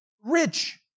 Rich